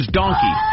donkey